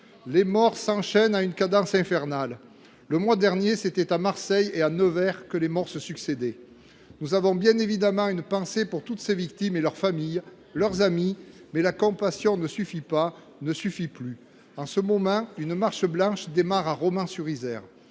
Les morts s’enchaînent à une cadence infernale. Le mois dernier, c’était à Marseille et à Nevers que les morts se succédaient. Nous avons bien évidemment une pensée pour toutes ces victimes et pour leurs familles, leurs amis. Mais la compassion ne suffit pas, ne suffit plus. En ce moment, une marche blanche démarre à Romans sur Isère.